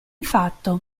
fatto